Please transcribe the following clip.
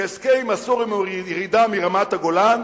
והסכם עם הסורים הוא ירידה מרמת-הגולן,